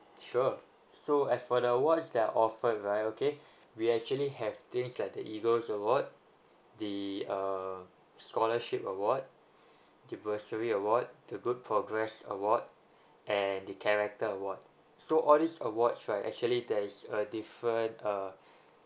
sure so as for the awards that are offered right okay we actually have things like the eagles award the uh scholarship award the bursary award the good progress award and the character award so all these awards right actually there is a different uh